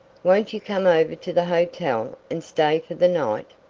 won't you come over to the hotel and stay for the night?